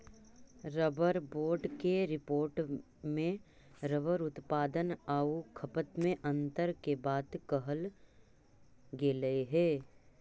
rubber board के report में rubber उत्पादन आउ खपत में अन्तर के बात कहल गेलइ हे